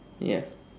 ya